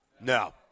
No